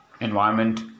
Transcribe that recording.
environment